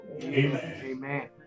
Amen